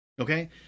okay